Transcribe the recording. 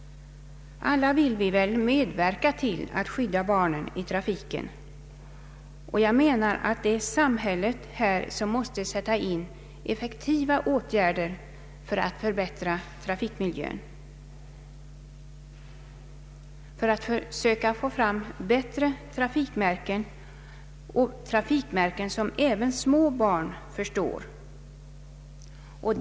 Alla vill vi väl medverka till att skydda barnen i trafiken, och här menar jag att samhället måste sätta in effektiva åtgärder för att förbättra trafikmiljön och söka få fram bättre trafikmärken som även små barn förstår.